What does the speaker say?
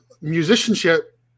musicianship